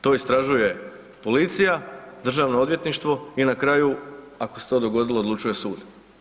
To istražuje policija, državno odvjetništvo i na kraju ako se to dogodilo odlučuje sud.